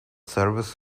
serves